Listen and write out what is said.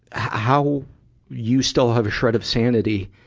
how you still have a shred of sanity